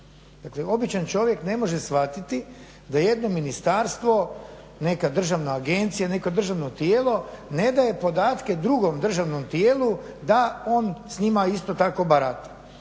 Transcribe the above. Dakle, običan čovjek ne može shvatiti da jedno ministarstvo, neka državna agencija, neko državno tijelo ne daje podatke drugom državnom tijelu da on s njima isto tako barata,